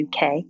UK